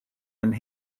and